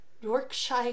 Yorkshire